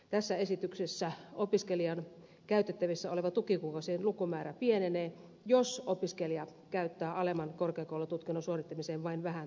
tässä esityksessä opiskelijan käytettävissä olevien tukikuukausien lukumäärä pienenee jos opiskelija käyttää alemman korkeakoulututkinnon suorittamiseen vain vähän tukikuukausia